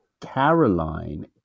Caroline